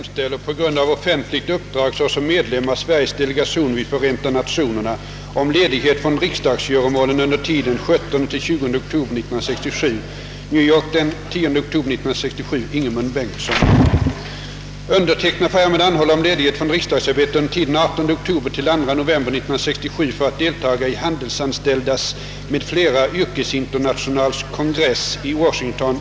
New York den 1 oktober 1967 Sten Wahlund